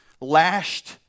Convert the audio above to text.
lashed